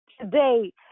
today